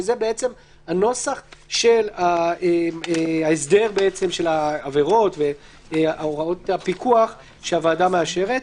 שזה בעצם הנוסח של ההסדר של העבירות והוראות הפיקוח שהוועדה מאשרת.